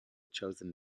chosen